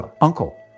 uncle